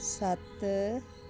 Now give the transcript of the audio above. ਸੱਤ